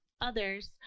others